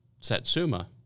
Satsuma